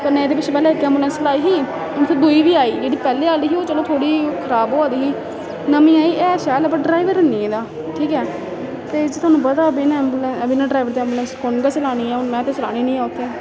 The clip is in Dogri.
कन्नै एह्दे पिच्छे पैह्लें इक ऐंबुलेंस लाई ही हून फिर दूई बी आई जेह्ड़ी पैह्लें आह्ली ही ओह् चलो थोह्ड़ी खराब होआ दी ही नमीं आई ऐ शैल पर ड्राईवर हैनी एह्दा ठीक ऐ ते थुहानूं पता बिना ऐंबू बिना ड्राईवर ते ऐंबुलेंस कुन गै चलानी ऐ हून में ते चलानी निं ऐ उत्थै